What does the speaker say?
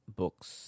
books